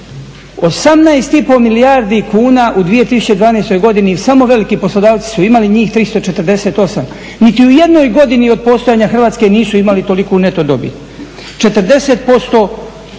18,5 milijardi kuna u 2012. godini samo veliki poslodavci su imali, njih 348. Niti u jednoj godini od postojanja Hrvatske nisu imali toliku neto dobit. 40%